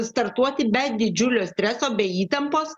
startuoti be didžiulio streso be įtampos